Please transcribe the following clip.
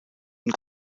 une